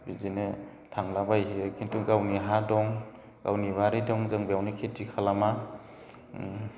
बिदिनो थांला बायहैयो खिन्थु गावनि हा दं गावनि बारि दं जों बेयावनो खेथि खालामा